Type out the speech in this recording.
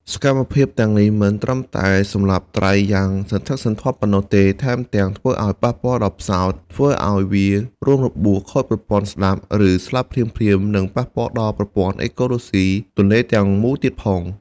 សកម្មភាពទាំងនេះមិនត្រឹមតែសម្លាប់ត្រីយ៉ាងច្រើនសន្ធឹកសន្ធាប់ប៉ុណ្ណោះទេ ថែមទាំងធ្វើឲ្យប៉ះពាល់ដល់ផ្សោត ធ្វើឲ្យវារងរបួស ខូចប្រព័ន្ធស្តាប់ ឬស្លាប់ភ្លាមៗ និងប៉ះពាល់ដល់ប្រព័ន្ធអេកូឡូស៊ីទន្លេទាំងមូលទៀតផង។